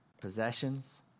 Possessions